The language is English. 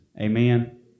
Amen